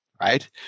Right